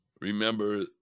remember